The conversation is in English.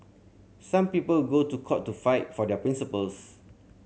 some people go to court to fight for their principles